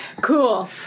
Cool